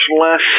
less